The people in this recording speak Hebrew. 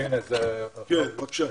כן, בבקשה.